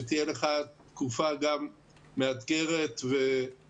שתהיה לך גם תקופה מאתגרת ופורייה.